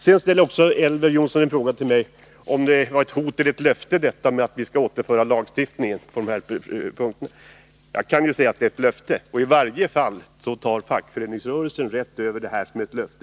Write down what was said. Sedan frågade Elver Jonsson mig om det var ett hot eller ett löfte att vi skall återföra lagstiftningen på detta område. Det är ett löfte. I varje fall tar fackföreningsrörelsen det som ett löfte.